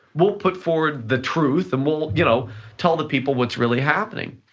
we'll put forward the truth and we'll you know tell the people what's really happening.